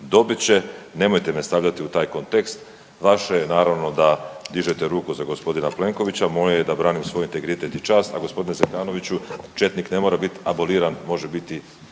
dobit će. Nemojte me stavljati u taj kontekst, vaše je naravno da dižete ruku za g. Plenkovića, a moje je da branim svoj integritet i čast, a g. Zekanoviću četnik ne mora bit aboliran, može biti